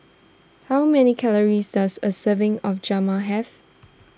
how many calories does a serving of Jama have